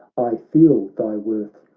i feel thy worth,